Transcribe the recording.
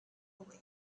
away